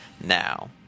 now